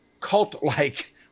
cult-like